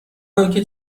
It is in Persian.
آنکه